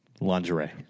Lingerie